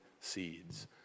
seeds